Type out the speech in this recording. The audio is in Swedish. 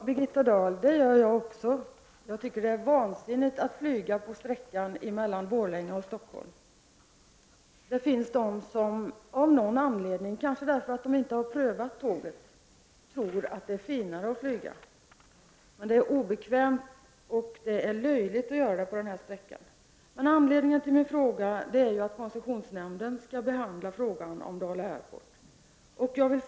Herr talman! Det gör jag också, Birgitta Dahl. Jag tycker att det är vansinnigt att flyga sträckan Borlänge-Stockholm. Det finns de som av någon anledning — kanske därför att de inte har prövat tåget — tror att det är finare att flyga. Men det är obekvämt, och det är löjligt att flyga denna sträcka. Anledningen till min fråga är att koncessionsnämnden skall behandla ansökningen för Dala Airport.